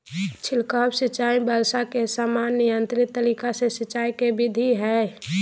छिड़काव सिंचाई वर्षा के समान नियंत्रित तरीका से सिंचाई के विधि हई